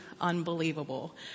unbelievable